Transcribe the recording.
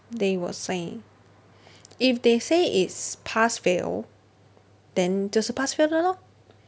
they will say if they say it's pass fail then 就是 pass fail 的 lor